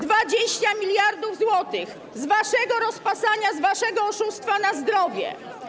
20 mld zł - z waszego rozpasania, z waszego oszustwa - na zdrowie.